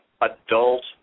Adult